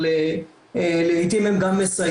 אבל לעיתים הם גם מסייעות,